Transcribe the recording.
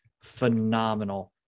phenomenal